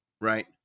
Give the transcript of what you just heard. Right